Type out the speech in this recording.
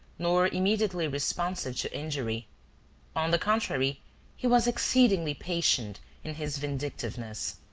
nor immediately responsive to injury on the contrary he was exceedingly patient in his vindictiveness.